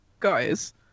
Guys